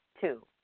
two